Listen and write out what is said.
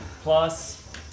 plus